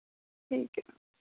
ठीक ऐ